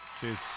Cheers